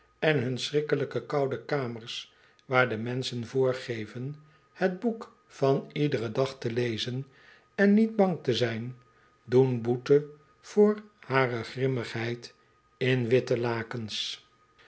en hun schrikkelijke koude kamers waar de monsehen voorgeven het boek van iederen dag te lezen en niet bang te zijn doen boete voor hare grimmigheid in witte lakens